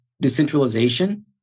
decentralization